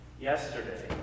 yesterday